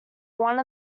one